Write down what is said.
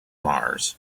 mars